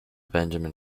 benjamin